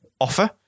offer